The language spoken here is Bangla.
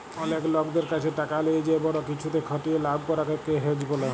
অলেক লকদের ক্যাছে টাকা লিয়ে যে বড় কিছুতে খাটিয়ে লাভ করাক কে হেজ ব্যলে